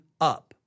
up